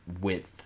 width